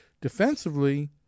Defensively